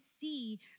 see